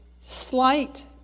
slight